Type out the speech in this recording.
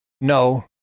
No